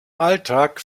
alltag